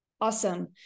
Awesome